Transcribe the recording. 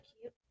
cute